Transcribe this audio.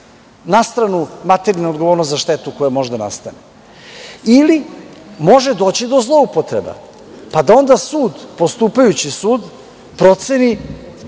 Na stranu materijalna odgovornost za štetu koja može da nastane. Ili može doći do zloupotreba, pa da onda sud, postupajući sud, proceni